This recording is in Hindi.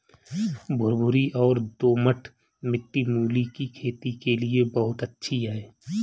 भुरभुरी और दोमट मिट्टी मूली की खेती के लिए बहुत अच्छी है